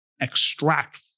extract